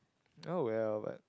oh well but